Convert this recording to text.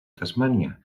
tasmània